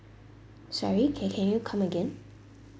sorry can can you come again